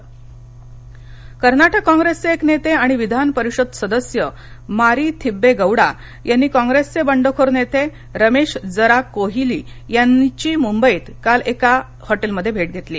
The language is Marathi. कर्नाटक कर्नाटक काँग्रेसचे एक नेते आणि विधान परिषद सदस्य मारी थिब्बे गौडा यांनी काँग्रेसचे बंडखोर नेते रमेश जरा किहोली यांची मुंबईत काल एका हॉटेलमध्ये भेट घेतली